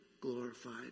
glorified